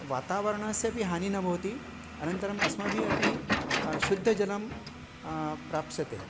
वातावरणस्यपि हानिः न भवति अनन्तरम् अस्माभिः अपि शुद्धजलं प्राप्स्यते